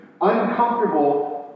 uncomfortable